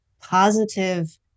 positive